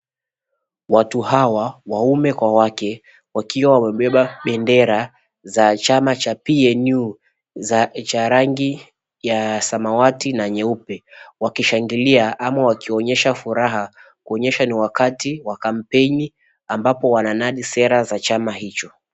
Watu hawa waume kwa wake wakiwa wamebeba bendera za chama cha PNU za rangi ya samawati na nyeupe wakishangilia ama wakionyesha furaha kuonyesha ni wakati wa kampeni ambapo wananadi sera za chama hicho.